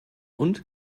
und